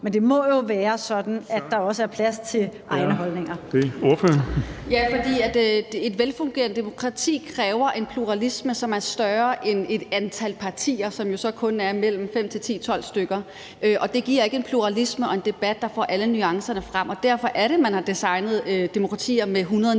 er det ordføreren. Kl. 13:20 Theresa Scavenius (UFG): Ja, for et velfungerende demokrati kræver en pluralisme, som er større end et antal partier, som der jo så kun er 5-10-12 stykker af. Det giver ikke en pluralisme og debat, der får alle nuancerne frem. Derfor har man designet et demokrati med 179